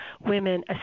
women